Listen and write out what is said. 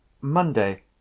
Monday